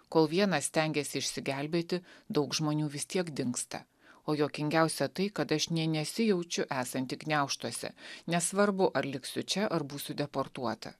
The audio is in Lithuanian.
kol vienas stengiasi išsigelbėti daug žmonių vis tiek dingsta o juokingiausia tai kad aš nė nesijaučiu esanti gniaužtuose nesvarbu ar liksiu čia ar būsiu deportuota